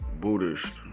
Buddhist